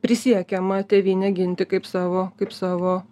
prisiekiama tėvynę ginti kaip savo kaip savo